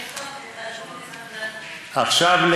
עכשיו,